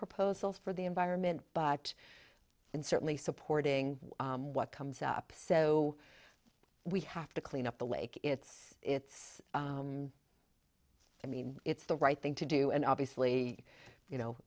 proposals for the environment but in certainly supporting what comes up so we have to clean up the lake it's it's i mean it's the right thing to do and obviously you know